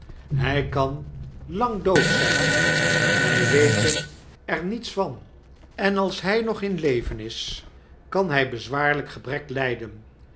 hy kan langdood zyn wy weten er niets van en als hy nog in leven is kan hij bezwaarlyk gebrek lijden